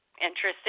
interesting